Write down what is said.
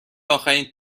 اخرین